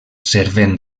servent